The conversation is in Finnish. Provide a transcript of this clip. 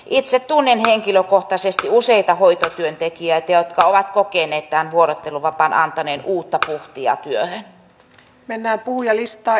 itse tunnen henkilökohtaisesti useita hoitotyöntekijöitä jotka ovat kokeneet tämän vuorotteluvapaan antaneen uutta puhtia työhön